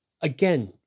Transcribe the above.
Again